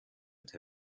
but